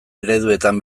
ereduetan